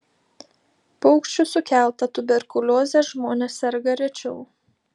paukščių sukelta tuberkulioze žmonės serga rečiau